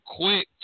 quick